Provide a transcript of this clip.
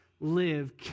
live